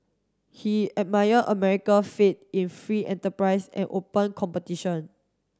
he admired America faith in free enterprise and open competition